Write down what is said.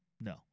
No